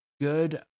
good